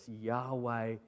Yahweh